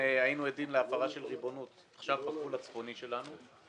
היינו עדים להפרה של ריבונות בגבול הצפוני שלנו.